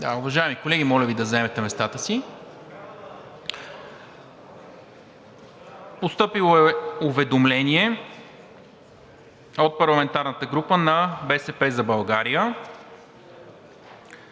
Уважаеми колеги, моля да заемете местата си в залата. Постъпило е уведомление от парламентарната група на „БСП за България“